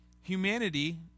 Humanity